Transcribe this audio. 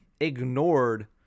ignored